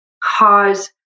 cause